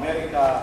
אמריקה?